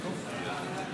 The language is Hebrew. כץ,